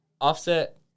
Offset